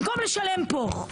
במקום לשלם פה.